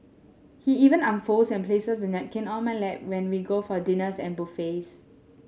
he even unfolds and places the napkin on my lap when we go for dinners and buffets